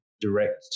direct